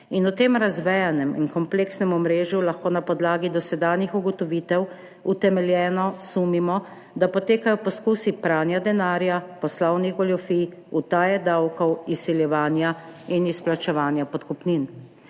In v tem razvejanem in kompleksnem omrežju lahko na podlagi dosedanjih ugotovitev utemeljeno sumimo, da potekajo poskusi pranja denarja, poslovnih goljufij, utaje davkov, izsiljevanja in izplačevanja podkupnin.